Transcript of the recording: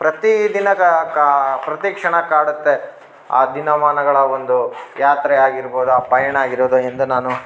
ಪ್ರತೀ ದಿನ ಪ್ರತಿಕ್ಷಣ ಕಾಡುತ್ತೆ ಆ ದಿನಮಾನಗಳ ಒಂದು ಯಾತ್ರೆ ಆಗಿರ್ಬೋದು ಆ ಪಯಣ ಆಗಿರೋದು ಇಂದು ನಾನು